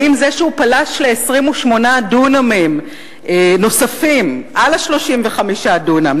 האם זה שהוא פלש ל-28 דונם נוספים על ה-35 דונם,